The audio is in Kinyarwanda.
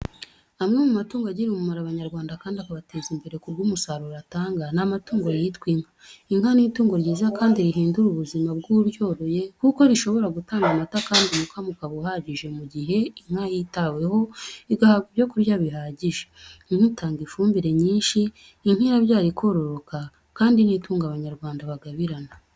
Amwe mu matungo agirira umumaro Abanyarwanda kandi akabateza imbere ku bw'umusaruro atanga ni amatungo yitwa inka. Inka ni itungo ryiza kandi rihindura ubuzima bw'uryoroye kuko rishobora gutanga amata kandi umukamo ukaba uhagije mu gihe inka yitaweho igahabwa ibyo kurya bihagije, inka itanga ifumbire nyinshi, inka irabyara ikororoka kandi ni itungo Abanyarwanda bagabirana.